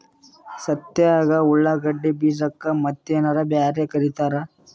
ಸಂತ್ಯಾಗ ಉಳ್ಳಾಗಡ್ಡಿ ಬೀಜಕ್ಕ ಮತ್ತೇನರ ಬ್ಯಾರೆ ಕರಿತಾರ?